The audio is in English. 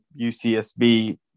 UCSB